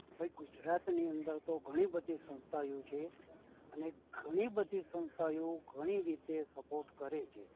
ભાઈ ગુજરાતની અંદર તો ઘણીબધી સંસ્થાઓ છે અને ઘણી બધી સંસ્થાઓ ઘણી રીતે સપોટ કરે છે